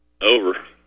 Over